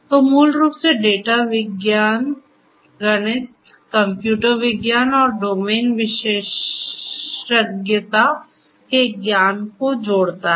तो मूल रूप से डेटा विज्ञान गणित कंप्यूटर विज्ञान और डोमेन विशेषज्ञता से ज्ञान को जोड़ता है